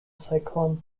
cyclone